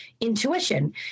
intuition